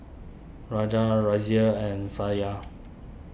Raja Razia and Satya